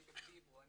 אני בפיברו,